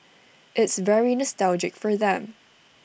it's very nostalgic for them